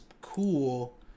cool